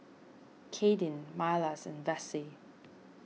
Kadyn Milas and Vassie